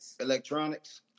Electronics